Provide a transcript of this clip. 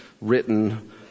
written